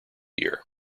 year